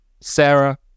Sarah